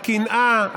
הקנאה,